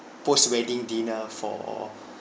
post wedding dinner for